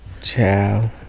Ciao